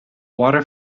water